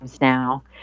now